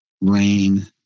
rain